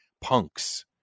punks